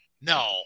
no